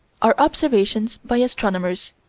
are observations by astronomers,